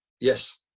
yes